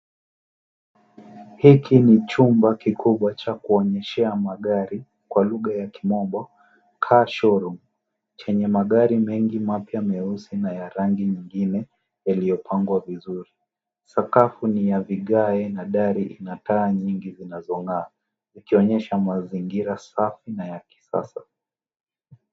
Hiki ni chumba kikubwa cha kuonyeshea magari kwa lugha ya kimombo car showroom chenye magari mengi mapya meusi na ya rangi nyingine yaliyopangwa vizuri. Sakafu ni ya vigae na dari ina taa nyingi zinazong'aa ikionyesha mazingira safi na ya kisasa.